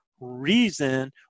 reason